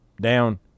down